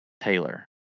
Taylor